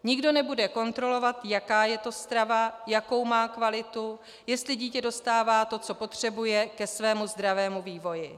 Nikdo nebude kontrolovat, jaká je to strava, jakou má kvalitu, jestli dítě dostává to, co potřebuje ke svému zdravému vývoji.